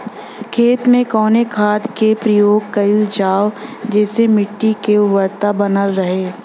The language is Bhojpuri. खेत में कवने खाद्य के प्रयोग कइल जाव जेसे मिट्टी के उर्वरता बनल रहे?